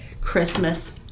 Christmas